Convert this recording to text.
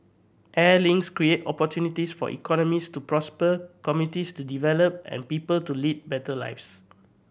air links create opportunities for economies to prosper communities to develop and people to lead better lives